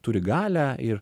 turi galią ir